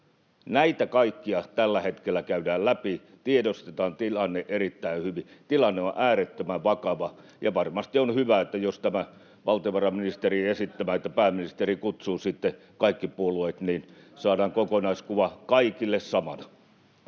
Näitä kaikkia tällä hetkellä käydään läpi, tiedostetaan tilanne erittäin hyvin. Tilanne on äärettömän vakava, ja varmasti on hyvä tämä valtiovarainministerin esittämä, että pääministeri kutsuu sitten kaikki puolueet, niin saadaan kokonaiskuva kaikille samana.